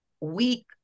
weak